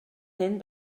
hyn